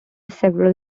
several